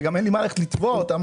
וגם אין לי מה ללכת לתבוע אותם,